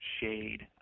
shade